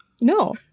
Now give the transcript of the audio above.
No